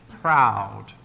proud